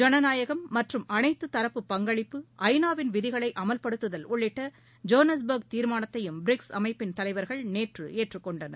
ஜனநாயகம் மற்றும் அனைத்து தரப்பு பங்களிப்பு ஐநாவின் விதிகளை அமவ்படுத்துதல் உள்ளிட்ட ஜோகன்னஸ்பர்க் தீர்மானத்தையும் பிரிக்ஸ் அமைப்பின் தலைவர்கள் நேற்று ஏற்றுக்கொண்டனர்